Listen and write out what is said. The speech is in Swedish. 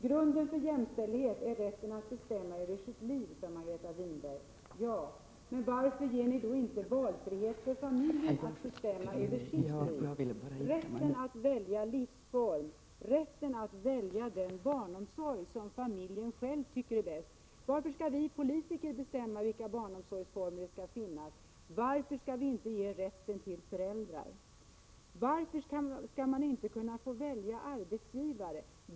Grunden för jämställdhet är rätten att bestämma över sitt liv, sade Margareta Winberg. Ja, men varför får inte familjemedlemmen valfrihet att bestämma över sitt liv, om rätten att välja livsform och rätten att välja den barnomsorg som familjen själv tycker är bäst? Varför skall vi politiker bestämma vilka barnomsorgsformer som skall finnas? Varför skall vi inte ge föräldrarna rätt att bestämma i dessa avseenden? Varför skall man inte kunna välja arbetsgivare?